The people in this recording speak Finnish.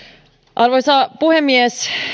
arvoisa puhemies